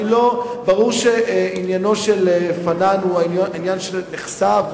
ברור שעניינו של פנאן הוא העניין שנחשף,